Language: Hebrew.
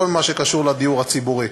בכל מה שקשור לדיור הציבורי.